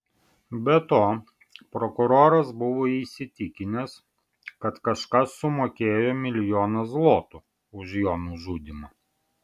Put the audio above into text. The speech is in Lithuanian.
be to prokuroras buvo įsitikinęs kad kažkas sumokėjo milijoną zlotų už jo nužudymą